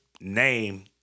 name